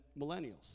millennials